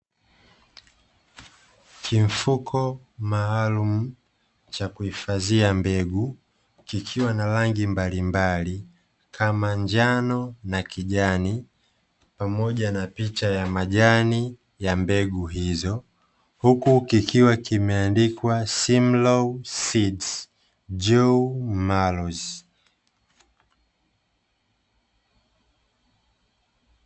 Kimfuko maalumu cha kuhifadhia mbegu, kikiwa na rangi mbalimbali kama; njano na kijani pamoja na picha ya majani ya mbegu hizo, huku kikiwa kimeandikwa ''Simlaw Seed, Jews Mallow".